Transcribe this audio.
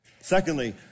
Secondly